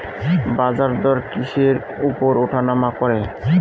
বাজারদর কিসের উপর উঠানামা করে?